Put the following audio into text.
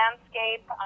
landscape